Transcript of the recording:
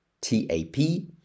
t-a-p